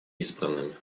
избранными